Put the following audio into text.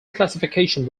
classification